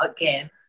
again